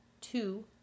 Two